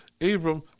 Abram